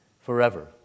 forever